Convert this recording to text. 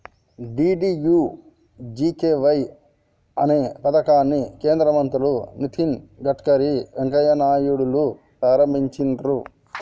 DDUGKY అనే పథకాన్ని కేంద్ర మంత్రులు నితిన్ గడ్కరీ, వెంకయ్య నాయుడులు ప్రారంభించిర్రు